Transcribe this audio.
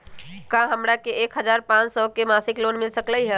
का हमरा के एक हजार पाँच सौ के मासिक लोन मिल सकलई ह?